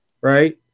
right